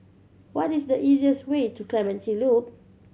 what is the easiest way to Clementi Loop